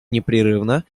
непрерывно